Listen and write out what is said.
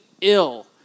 ill